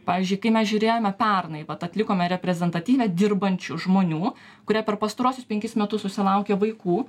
pavyzdžiui kai mes žiūrėjome pernai vat atlikome reprezentatyvią dirbančių žmonių kurie per pastaruosius penkis metus susilaukė vaikų